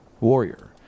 warrior